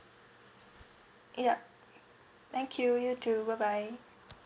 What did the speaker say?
yup thank you you too bye bye